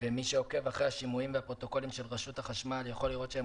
ומי שעוקב אחרי השימועים והפרוטוקולים של רשות החשמל יכול לראות שהם